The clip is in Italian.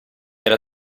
era